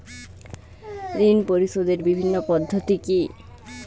ঋণ পরিশোধের বিভিন্ন পদ্ধতি কি কি?